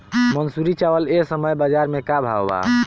मंसूरी चावल एह समय बजार में का भाव बा?